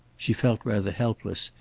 she felt rather helpless,